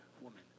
woman